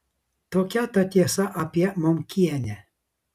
tokia ta tiesa apie momkienę